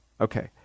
Okay